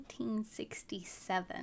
1967